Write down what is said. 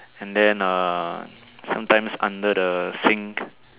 and then ah sometimes under the sink